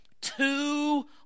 Two